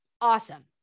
Awesome